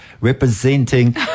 representing